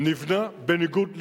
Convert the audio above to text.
נבנה בניגוד לחוק.